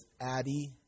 Addie